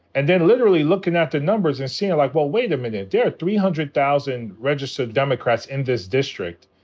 and then literally lookin' at the numbers and seein' like, well, wait a minute. there are three hundred thousand registered democrats in this district.